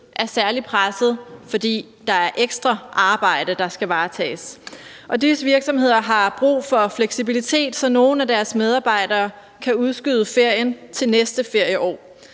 er særlig presset, fordi der er ekstra arbejde, der skal varetages. Og de virksomheder har brug for fleksibilitet, så nogle af deres medarbejdere kan udskyde ferien til næste ferieår.